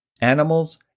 animals